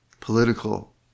political